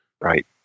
Right